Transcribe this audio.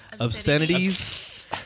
Obscenities